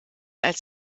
als